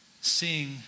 seeing